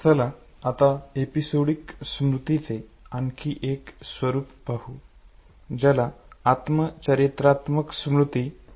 चला आता एपिसोडिक स्मृतीचे आणखी एक स्वरूप पाहू ज्याला आत्मचरित्रात्मक स्मृती म्हणतात